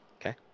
Okay